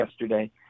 yesterday